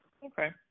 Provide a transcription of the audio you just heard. Okay